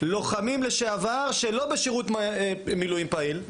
לוחמים לשעבר שהם לא בשירות מילואים פעיל,